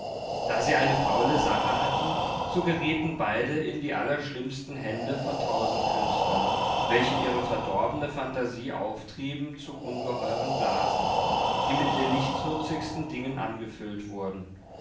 da sie eine faule sache hatten so gerieten beide in die allerschlimmsten hände von tausendkünstlern welche ihre verdorbene phantasie auftrieben zu ungeheuren blasen die mit den nichtsnutzigsten dingen angefüllt wurden